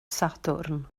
sadwrn